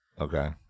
Okay